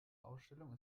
ausstellung